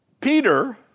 Peter